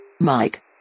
Mike